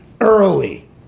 early